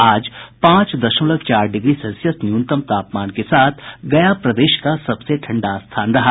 आज पांच दशमलव चार डिग्री सेल्सियस न्यूनतम तापमान के साथ गया प्रदेश का सबसे ठंडा स्थान रहा